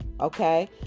Okay